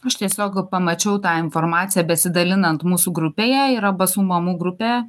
aš tiesiog pamačiau tą informaciją besidalinant mūsų grupėje yra basų mamų grupė